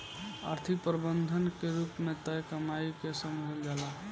आर्थिक प्रबंधन के रूप में तय कमाई के समझल जाला